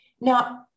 now